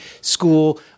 School